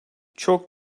çok